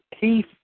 Keith